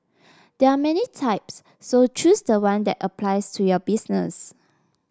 there are many types so choose the one that applies to your business